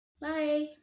Bye